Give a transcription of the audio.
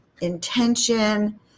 intention